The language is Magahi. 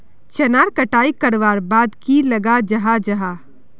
चनार कटाई करवार बाद की लगा जाहा जाहा?